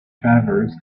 traverse